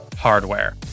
Hardware